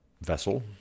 vessel